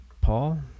Paul